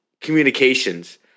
communications